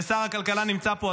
ושר הכלכלה נמצא פה,